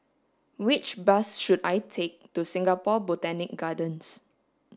which bus should I take to Singapore Botanic Gardens